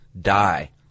die